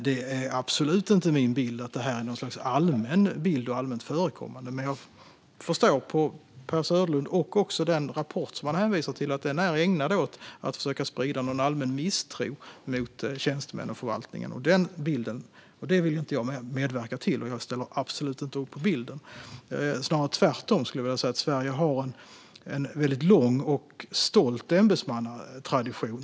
Det är absolut inte min bild att det här är något allmänt förekommande, men jag förstår att den rapport som Per Söderlund hänvisar till är ägnad att försöka sprida en allmän misstro mot tjänstemän och förvaltningen. Det vill jag inte medverka till, och jag ställer absolut inte upp på bilden. Snarare skulle jag vilja säga att Sverige har en lång och stolt ämbetsmannatradition.